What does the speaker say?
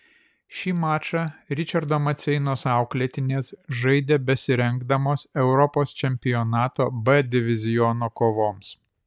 šį mačą ričardo maceinos auklėtinės žaidė besirengdamos europos čempionato b diviziono kovoms